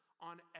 on